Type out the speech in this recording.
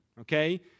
okay